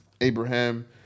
Abraham